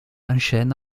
enchaîne